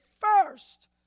first